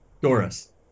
Doris